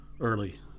early